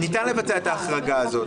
ניתן לבצע את ההחרגה הזאת.